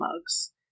mugs